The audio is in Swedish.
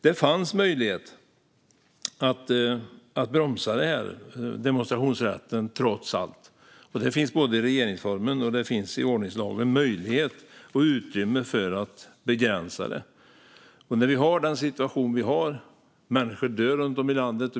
Det fanns trots allt möjlighet att bromsa denna demonstrationsrätt. Det finns enligt både regeringsformen och ordningslagen möjlighet och utrymme att begränsa den när vi har den situation som vi har och människor dör runt om i landet.